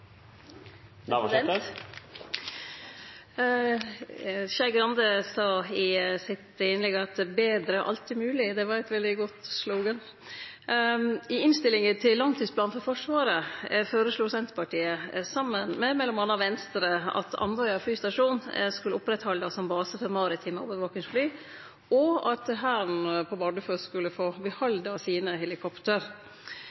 Skei Grande sa i innlegget sitt at «her er bedre alltid mulig» – det var eit veldig godt «slogan». I innstillinga til langtidsplanen for Forsvaret føreslo Senterpartiet, saman med m.a. Venstre, at Andøya flystasjon skulle oppretthaldast som base for maritime overvakingsfly, og at Hæren på Bardufoss skulle få